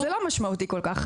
אז זה לא משמעותי כל כך,